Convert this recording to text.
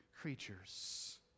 creatures